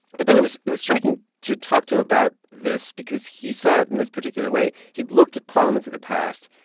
but then it was it was striking to talk to him about this because he saw it in this particular way. he'd looked at parliaments of the past,